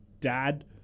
dad